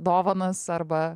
dovanas arba